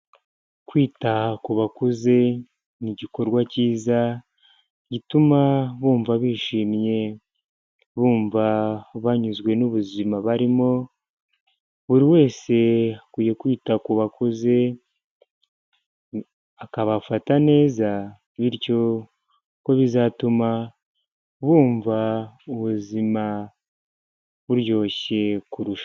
Kwita ku bakuze ni igikorwa cyiza gituma bumva bishimye, bumva banyuzwe n'ubuzima barimo, buri wese akwiye kwita ku bakuze, akabafata neza, bityo bizatuma bumva ubuzima buryoshye kurushaho.